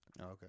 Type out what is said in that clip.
okay